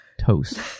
toast